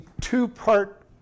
two-part